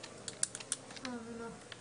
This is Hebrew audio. מנהל דיגיטל ויישומי מטה,